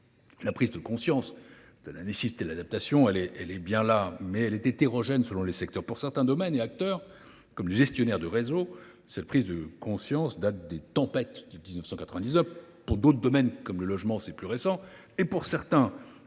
La prise de conscience de la nécessité de l’adaptation est désormais bien réelle, mais elle est hétérogène selon les secteurs. Dans certains domaines, pour certains acteurs, comme les gestionnaires de réseaux, cette prise de conscience date des tempêtes de 1999. Dans d’autres domaines comme le logement, elle est plus récente. Et, dans